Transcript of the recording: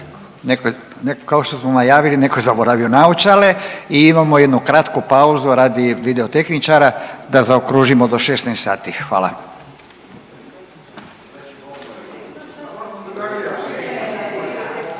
kao što smo najavili, netko je zaboravio naočale i imamo jednu kratku pauzu radi video tehničara da zaokružimo do 16 sati. Hvala.